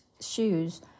shoes